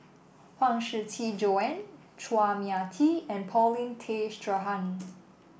Huang Shiqi Joan Chua Mia Tee and Paulin Tay Straughan